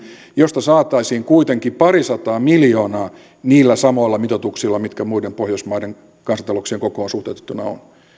josta saataisiin kuitenkin pari sataa miljoonaa niillä samoilla mitoituksilla mitkä muiden pohjoismaiden kansantalouksien kokoon suhteutettuna ovat